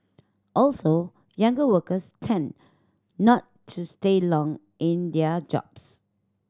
also younger workers tend not to stay long in their jobs